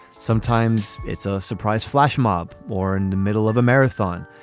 sometimes it's a surprise flashmob or in the middle of a marathon.